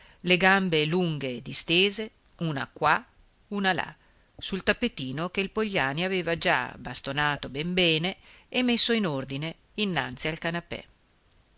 le gambe lunghe distese una qua una là sul tappetino che il pogliani aveva già bastonato ben bene e messo in ordine innanzi al canapè